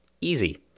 Easy